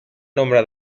nombre